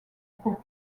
pour